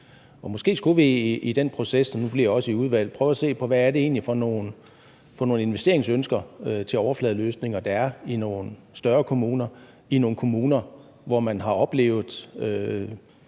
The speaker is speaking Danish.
Måske skulle vi i den proces og også i udvalget prøve at se på, hvad det egentlig er for nogle investeringsønsker til overfladeløsninger, der er i nogle større kommuner – i nogle kommuner, hvor man har oplevet